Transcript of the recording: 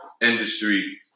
industry